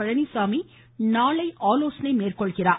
பழனிசாமி நாளை ஆலோசனை மேற்கொள்கிறார்